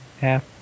half